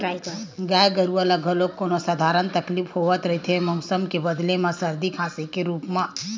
गाय गरूवा ल घलोक कोनो सधारन तकलीफ होवत रहिथे मउसम के बदले म सरदी, खांसी के रुप म